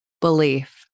belief